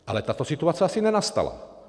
Ale tato situace asi nenastala.